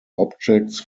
objects